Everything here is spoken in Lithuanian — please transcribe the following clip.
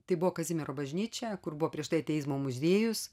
tai buvo kazimiero bažnyčia kur buvo prieš tai ateizmo muziejus